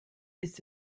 ist